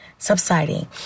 Subsiding